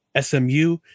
SMU